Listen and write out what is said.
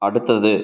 அடுத்தது